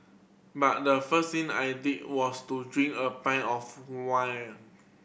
but the first thing I did was to drink a pie of wine